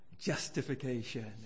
Justification